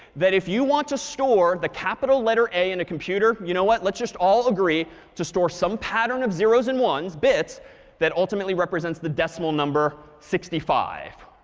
that if you want to store the capital letter a in a computer, you know what? let's just all agree to store some pattern of zeros and ones bits that ultimately represents the decimal number sixty five.